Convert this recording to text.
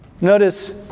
Notice